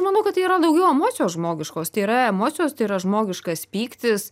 manau kad tai yra daugiau emocijos žmogiškos tai yra emocijos tai yra žmogiškas pyktis